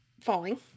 falling